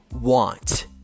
want